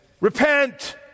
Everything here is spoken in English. Repent